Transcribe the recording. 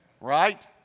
right